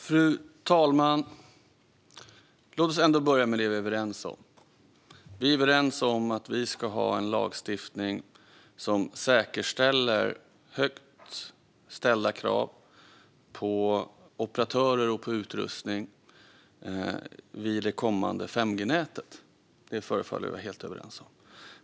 Fru talman! Låt oss börja med det vi är överens om. Vi är överens om att vi ska ha en lagstiftning som säkerställer högt ställda krav på operatörer och på utrustning vid det kommande 5G-nätet. Det förefaller vi vara helt överens om.